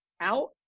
out